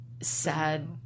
sad